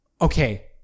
Okay